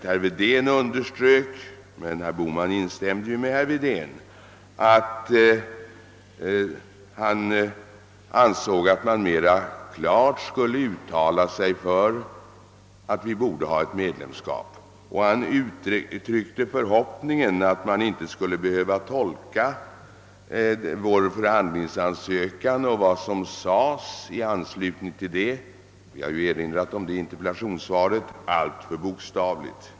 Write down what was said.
Herr We stämde däri, att vi borde uttala oss klarare för ett medlemskap. Han uttryckte också förhoppningen att vår förhandlingsansökan och det som anfördes i anslutning till den — jag har erinrat om det i interpellationssvaret — inte skulle behöva tolkas alltför bokstavligt.